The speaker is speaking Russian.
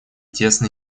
тесно